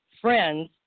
friends